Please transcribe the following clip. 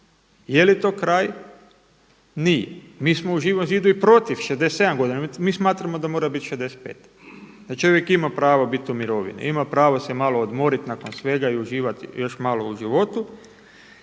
Jeli to kraj? Nije. Mi smo u Živom zidu i protiv 67 godina. Mi smatramo da mora biti 65, da čovjek ima pravo biti u mirovini, ima pravo se malo odmoriti nakon svega i uživati još malo u životu.